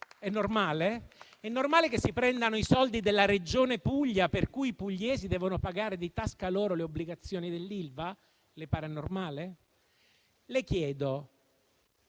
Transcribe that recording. È normale che si prendano i soldi della Regione Puglia, per cui i pugliesi devono pagare di tasca loro le obbligazioni dell'Ilva? Le pare normale? Le chiedo